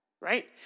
Right